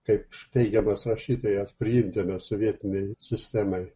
kaip teigiamas rašytojas priimtinas sovietinei sistemai